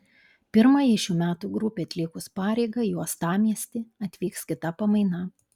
pirmajai šių metų grupei atlikus pareigą į uostamiestį atvyks kita pamaina